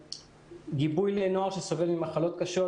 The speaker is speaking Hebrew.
גיבוי לנוער שסובל ממחלות קשות,